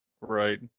Right